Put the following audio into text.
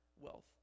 wealth